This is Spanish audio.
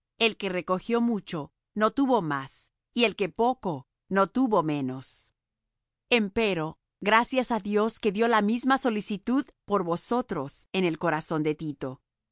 el que recogió mucho no tuvo más y el que poco no tuvo menos empero gracias á dios que dió la misma solicitud por vosotros en el corazón de tito